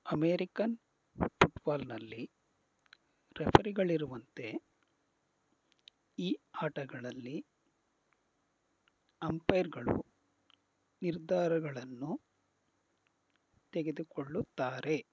American ಫುಟ್ಬಾಲ್ನಲ್ಲಿ ರೆಫರಿಗಳಿರುವಂತೆ ಈ ಆಟಗಳಲ್ಲಿ ಅಂಪೈರ್ಗಳು ನಿರ್ಧಾರಗಳನ್ನು ತೆಗೆದುಕೊಳ್ಳುತ್ತಾರೆ